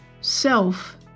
self